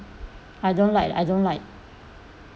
I don't like I don't like